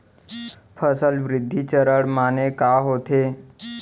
फसल वृद्धि चरण माने का होथे?